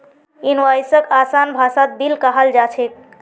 इनवॉइसक आसान भाषात बिल कहाल जा छेक